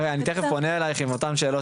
אני תיכף פונה אלייך עם אותן שאלות